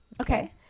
okay